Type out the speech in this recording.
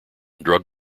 drug